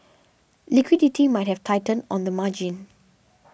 liquidity might have tightened on the margin